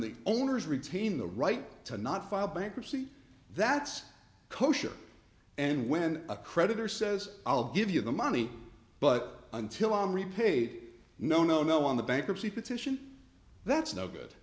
the owners retain the right to not file bankruptcy that's kosher and when a creditor says i'll give you the money but until i'm repaid no no no on the bankruptcy petition that's no good